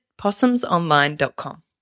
possumsonline.com